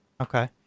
Okay